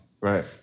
Right